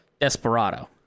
Desperado